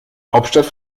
hauptstadt